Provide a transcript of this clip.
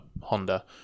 Honda